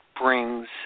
brings